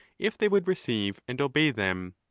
if they would receive and obey them.